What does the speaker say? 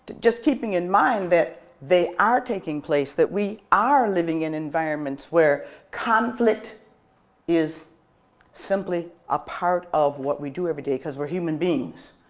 just keeping in mind that they are taking place, that we are living in an environment where conflict is simply a part of what we do everyday because we're human beings.